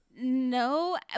no